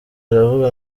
aravuga